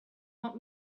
want